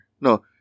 no